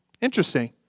interesting